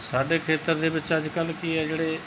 ਸਾਡੇ ਖੇਤਰ ਦੇ ਵਿੱਚ ਅੱਜ ਕੱਲ੍ਹ ਕੀ ਹੈ ਜਿਹੜੇ